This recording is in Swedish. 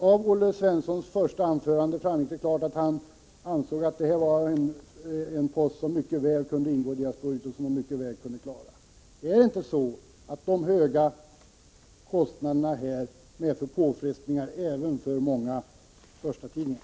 Av Olle Svenssons första anförande framgick det klart att han ansåg att det här var en post som borde kunna ingå i tidningarnas budget och som de mycket väl skulle kunna klara. Men är det inte så att de höga skatterna i det här avseendet medför påfrestningar även för många förstatidningar?